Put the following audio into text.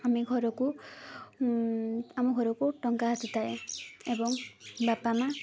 ଆମେ ଘରକୁ ଆମ ଘରକୁ ଟଙ୍କା ଆସିଥାଏ ଏବଂ ବାପା ମାଁ